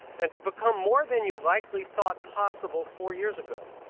and to become more than you likely thought possible four years ago.